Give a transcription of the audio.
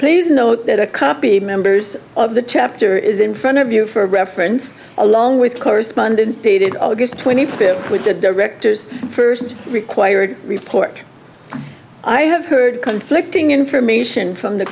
please note that a copy members of the chapter is in front of you for reference along with correspondence dated august twenty fifth with the director's first required report i have heard conflicting information from the